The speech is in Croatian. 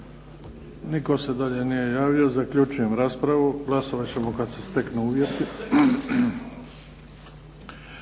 Nitko se dalje nije javio. Zaključujem raspravu. Glasovat ćemo kada se steknu uvjeti.